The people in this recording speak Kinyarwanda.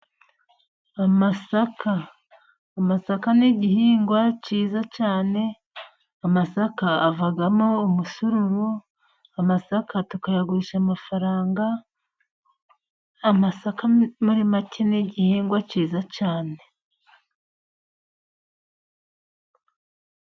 Amasaka. Amasaka ni igihingwa cyiza cyane, amasaka avamo umusururu, amasaka tukayagurisha amafaranga, amasaka muri make ni igihingwa cyiza cyane.